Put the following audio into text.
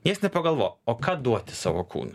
nieks nepagalvoja o ką duoti savo kūnui